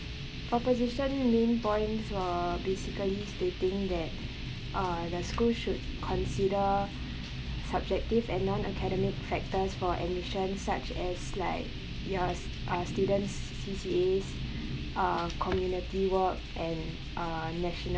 opposition main points for basically stating that uh the school should consider subjective and non academic factors for admission such as like yours uh student's C_C_As or community work and uh national